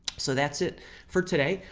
so that's it for today.